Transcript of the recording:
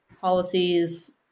policies